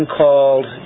called